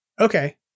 Okay